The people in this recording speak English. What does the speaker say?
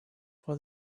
for